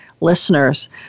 listeners